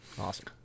awesome